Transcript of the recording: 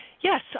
Yes